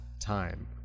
time